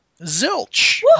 Zilch